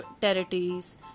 territories